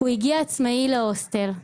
הוא הגיע עצמאי להוסטל.